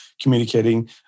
communicating